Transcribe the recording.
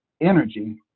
energy